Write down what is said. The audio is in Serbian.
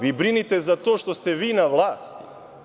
Vi brinite za to što ste vi na vlasti.